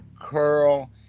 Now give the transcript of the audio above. curl